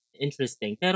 Interesting